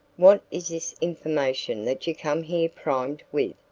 what is this information that you come here primed with?